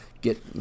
get